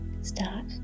start